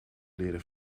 leren